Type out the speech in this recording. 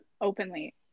openly